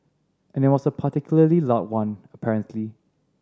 and it was a particularly loud one apparently